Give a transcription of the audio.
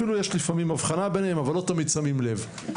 אפילו יש לפעמים הבחנה ביניהם אבל לא תמיד שמים לב.